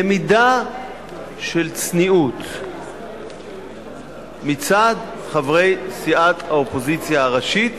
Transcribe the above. למידה של צניעות מצד חברי סיעת האופוזיציה הראשית